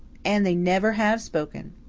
and they never have spoken.